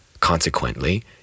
Consequently